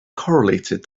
correlated